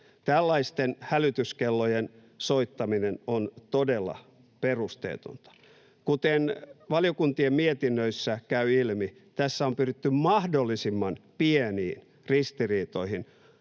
Tällaisten hälytyskellojen soittaminen on todella perusteetonta. Kuten valiokuntien mietinnöistä käy ilmi, tässä on pyritty mahdollisimman pieniin ristiriitoihin